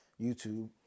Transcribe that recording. YouTube